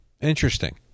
Interesting